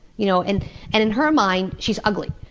you know and and in her mind, she's ugly.